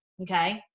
okay